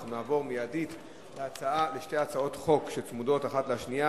אנחנו נעבור מייד לשתי הצעות חוק שצמודות האחת לשנייה.